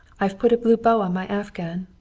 i've put a blue bow on my afghan.